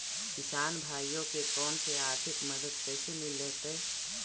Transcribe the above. किसान भाइयोके कोन से आर्थिक मदत कैसे मीलतय?